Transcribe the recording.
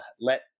let